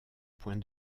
point